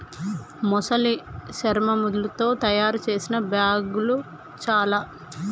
మొసలి శర్మముతో తాయారు చేసిన బ్యాగ్ చాల